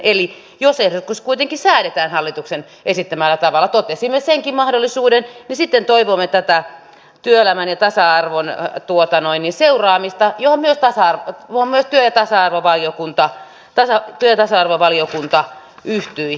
eli jos ehdotus kuitenkin säädetään hallituksen esittämällä tavalla totesimme senkin mahdollisuuden niin sitten toivomme tätä työelämän ja tasa arvon seuraamista johon myös työ ja tasa arvovaliokunta yhtyi